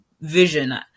vision